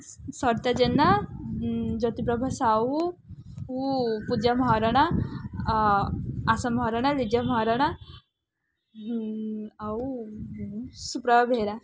ଶରତ ଜେନା ଜ୍ୟୋତିପ୍ରଭା ସାହୁ ପୂଜା ମହାରଣା ଆଶା ମହାରଣା ଲିଜା ମହାରଣା ଆଉ ସୁପ୍ରଭା ବେହେରା